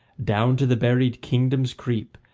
down to the buried kingdoms creep,